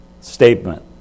statement